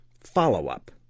Follow-up